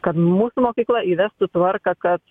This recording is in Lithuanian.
kad mūsų mokykla įvestų tvarką kad